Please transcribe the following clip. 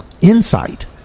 insight